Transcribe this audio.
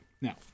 Now